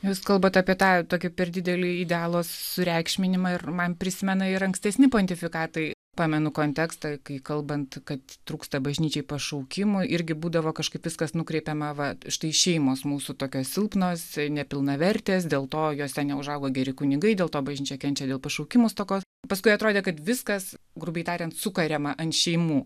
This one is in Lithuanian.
jūs kalbat apie tą tokį per didelį idealo sureikšminimą ir man prisimena ir ankstesni pontifikatai pamenu kontekstą kai kalbant kad trūksta bažnyčiai pašaukimo irgi būdavo kažkaip viskas nukreipiama va štai šeimos mūsų tokios silpnos nepilnavertės dėl to jose neužauga geri kunigai dėl to bažnyčia kenčia dėl pašaukimų stokos paskui atrodė kad viskas grubiai tariant sukariama ant šeimų